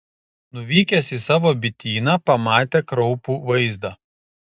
nuvykęs į savo bityną pamatė kraupų vaizdą